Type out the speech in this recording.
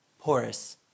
Porous